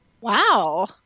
wow